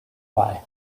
why